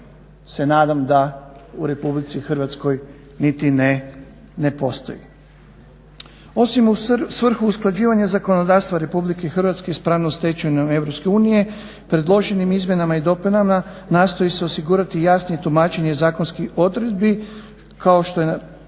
se nadam da u RH niti ne postoji. Osim u svrhu usklađivanja zakonodavstva RH s pravnom stečevinom EU predloženim izmjenama i dopunama nastoji se osigurati jasnije tumačenje zakonskih odredbi kao što je